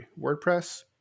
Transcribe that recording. WordPress